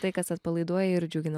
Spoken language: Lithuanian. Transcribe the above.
tai kas atpalaiduoja ir džiugina